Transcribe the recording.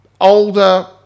Older